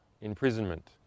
imprisonment